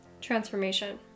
transformation